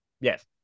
Yes